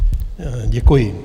Děkuji.